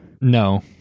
No